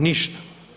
Ništa.